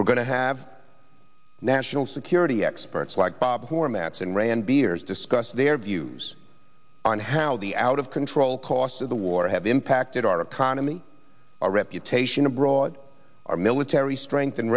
we're going to have national security experts like bob hormats and rand beers discuss their views on how the out of control cost of the war have impacted our economy our reputation abroad our military strength and